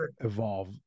evolve